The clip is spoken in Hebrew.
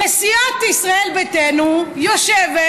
וסיעת ישראל ביתנו יושבת